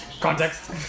Context